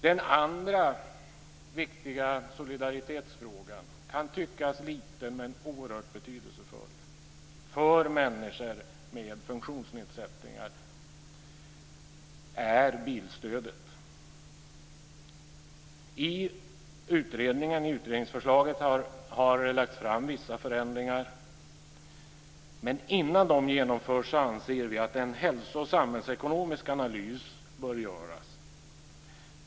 Den andra viktiga solidaritetsfrågan kan tyckas liten, men är oerhört betydelsefull för människor med funktionsnedsättningar. Det gäller bilstödet. I utredningen har man lagt fram vissa förslag till förändringar. Men innan de genomförs anser vi att en hälso och samhällsekonomisk analys bör göras.